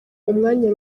umwanya